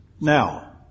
Now